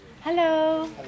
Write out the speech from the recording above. Hello